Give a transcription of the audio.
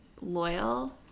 loyal